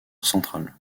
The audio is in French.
central